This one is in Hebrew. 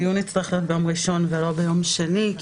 הדיון יצטרך להיות ביום ראשון ולא ביום שני.